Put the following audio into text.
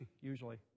usually